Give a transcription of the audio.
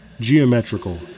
geometrical